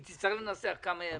היא תצטרך לנסח כמה ימים.